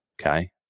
okay